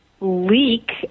leak